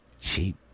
Cheap